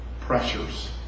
pressures